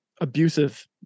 abusive